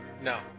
No